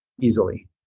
easily